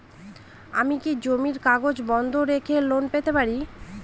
আমি কি জমির কাগজ বন্ধক রেখে লোন পেতে পারি?